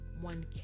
one